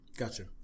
Gotcha